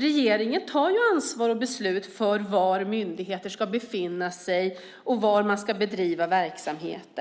Regeringen tar ansvar och fattar beslut om var myndigheter ska finnas och bedriva sin verksamhet.